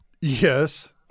Yes